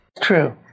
True